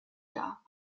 dar